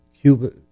Cuba